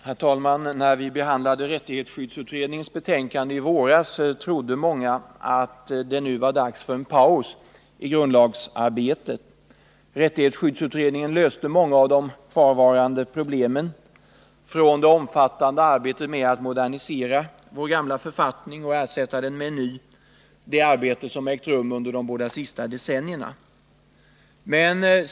Herr talman! När vi behandlade rättighetsskyddsutredningens förslag i våras trodde många att det var dags för en paus i grundlagsstiftningsarbetet. Rättighetsskyddsutredningen löste många av de kvarvarande problemen från det omfattande arbete med att ersätta vår gamla författning med en ny som ägt rum under de båda senaste decennierna.